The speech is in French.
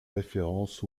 référence